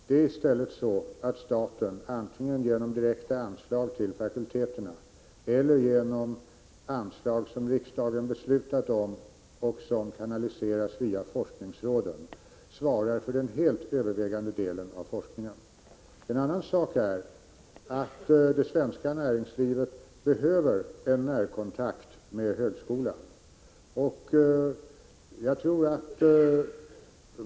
Det är i stället så att staten, antingen genom direkta anslag till fakulteterna eller genom anslag som riksdagen beslutat om och som kanaliseras via forskningsråden, svarar för den helt övervägande delen av forskningen. En annan sak är att det svenska näringslivet behöver en närkontakt med högskolan.